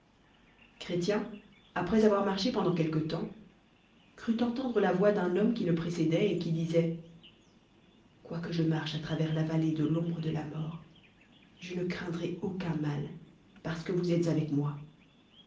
après avoir marché pendant quelque temps crut entendrè la voix d'un homme qui le précédoit et qui disoit quoique je marche is travers la vallée de l'omgre rté la mort je ne craindrai ae cuu mal parce que vous étes avec moi